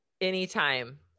Anytime